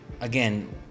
again